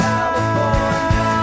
California